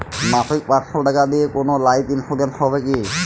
মাসিক পাঁচশো টাকা দিয়ে কোনো লাইফ ইন্সুরেন্স হবে কি?